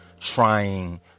trying